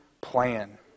plan